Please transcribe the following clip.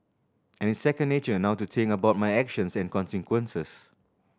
and it's second nature now to think about my actions and consequences